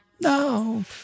no